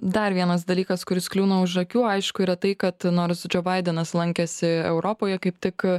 dar vienas dalykas kuris kliūna už akių aišku yra tai kad nors čia baidenas lankėsi europoje kaip tik